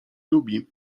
lubi